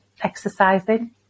exercising